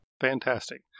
Fantastic